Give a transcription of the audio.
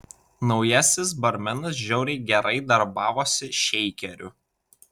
naujasis barmenas žiauriai gerai darbavosi šeikeriu